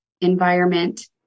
environment